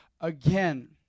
again